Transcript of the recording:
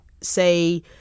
say